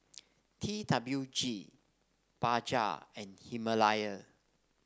T W G Bajaj and Himalaya